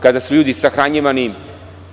kada su ljudi sahranjivani